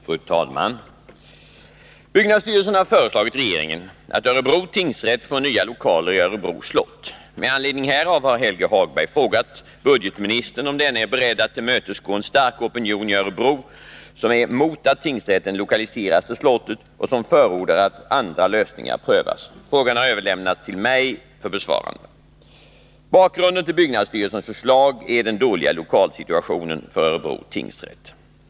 Fru talman! Byggnadsstyrelsen har föreslagit regeringen att Örebro tingsrätt får nya lokaler i Örebro slott. Med anledning härav har Helge Hagberg frågat budgetministern om denne är beredd att tillmötesgå en stark opinion i Örebro som är mot att tingsrätten lokaliseras till slottet och som förordar att andra lösningar prövas. Frågan har överlämnats till mig för besvarande. Bakgrunden till byggnadsstyrelsens förslag är den dåliga lokalsituationen för Örebro tingsrätt.